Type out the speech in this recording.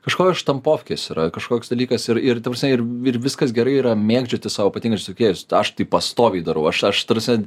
kažkokia štampovkės yra kažkoks dalykas ir ir ta prasme ir ir viskas gerai yra mėgdžioti savo patinkančius veikėjus aš tai pastoviai darau aš aš ta prasme